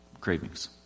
Cravings